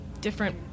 different